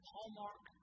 Hallmark